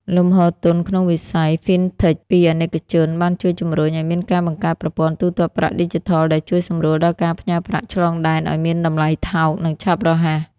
លំហូរទុនក្នុងវិស័យ FinTech ពីអាណិកជន បានជួយជំរុញឱ្យមានការបង្កើតប្រព័ន្ធទូទាត់ប្រាក់ឌីជីថល ដែលជួយសម្រួលដល់ការផ្ញើប្រាក់ឆ្លងដែនឱ្យមានតម្លៃថោក និងឆាប់រហ័ស។